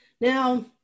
now